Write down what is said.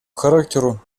характеру